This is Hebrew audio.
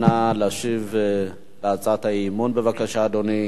אנא להשיב על הצעת האי-אמון, בבקשה, אדוני.